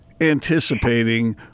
anticipating